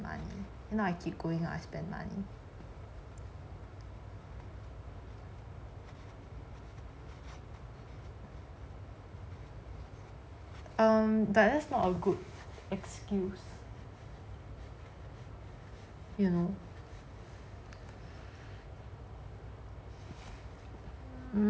money now I keep going out I spend money um but that is not a good excuse you know